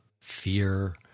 fear